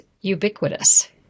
ubiquitous